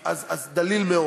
דליל.